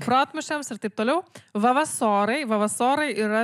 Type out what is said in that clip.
protmūšiams ir taip toliau vavasorai vavasorai yra